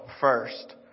first